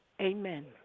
amen